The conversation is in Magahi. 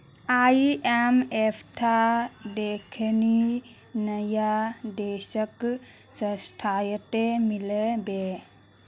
आईएमएफत देखनी नया देशक सदस्यता मिल बे